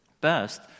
best